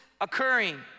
occurring